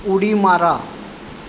उडी मारा